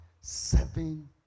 seven